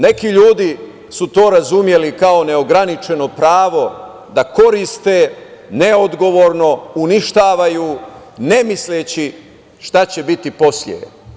Neki ljudi su to razumeli kao neograničeno pravo da koriste neodgovorno, uništavaju, ne misleći šta će biti posle.